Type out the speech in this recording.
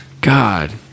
God